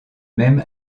même